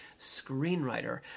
screenwriter